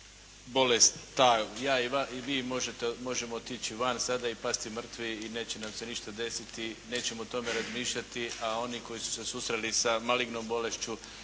bolest ta, ja i vi možemo otići van sada i pasti mrtvi i neće nam se ništa desiti, nećemo o tome razmišljati, a oni koji su se susreli sa malignom bolešću,